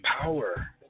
power